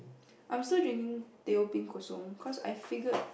I'm still drinking teh O peng ko-song cause I figured